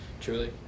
truly